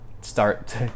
start